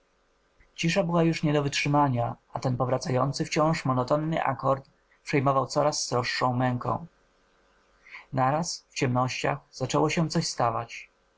cisza była już nie do wytrzymania a ten powracający wciąż monotonny akord przejmował coraz sroższą męką naraz w ciemnościach zaczęło się coś stawać